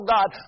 God